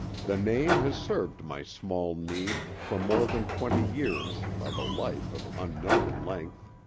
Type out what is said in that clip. the name has served my small need for more than twenty years of a life of unknown length.